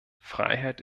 freiheit